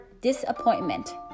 disappointment